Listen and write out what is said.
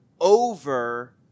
over